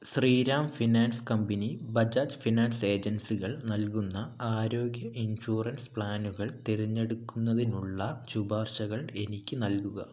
Sriram finance company Bajaj finance ഏജൻസികൾ നൽകുന്ന ആരോഗ്യ ഇൻഷുറൻസ് പ്ലാനുകൾ തിരഞ്ഞെടുക്കുന്നതിനുള്ള ശുപാർശകൾ എനിക്ക് നൽകുക